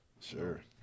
Sure